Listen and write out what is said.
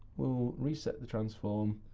we'll reset the transform.